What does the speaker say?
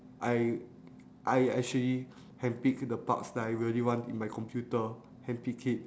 I I actually hand pick the parts that I really want in my computer hand pick it